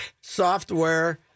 Software